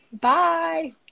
Bye